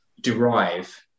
derive